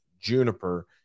Juniper